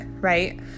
Right